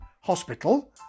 hospital